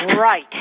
Right